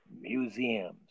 museums